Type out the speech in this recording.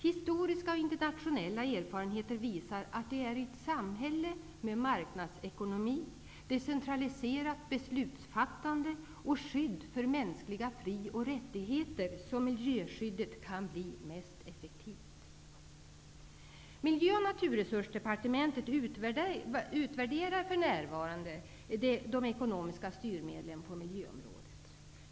Historiska och internationella erfarenheter visar att det är i ett samhälle med marknadsekonomi, decentraliserat beslutsfattande och skydd för mänskliga fri och rättigheter som miljöskyddet kan bli mest effektivt. Miljö och naturresursdepartementet utvärderar för närvarande de ekonomiska styrmedlen på miljöområdet.